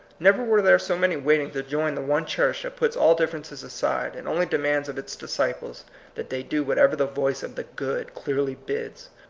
never were there so many waiting to join the one church that puts all differences aside, and only demands of its disciples that they do whatever the voice of the good clearly bids.